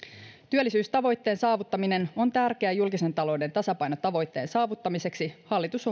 työllisyystavoitteen saavuttaminen on tärkeää julkisen talouden tasapainotavoitteen saavuttamiseksi hallitusohjelman mukaisesti hallitus